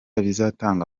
bizatanga